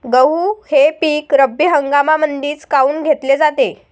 गहू हे पिक रब्बी हंगामामंदीच काऊन घेतले जाते?